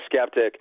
skeptic